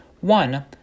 One